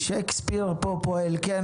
שייקספיר פועל פה.